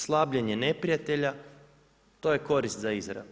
Slabljenje neprijatelja, to je korist za Izrael.